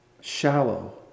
shallow